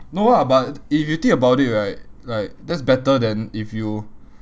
no lah but if you think about it right like that's better than if you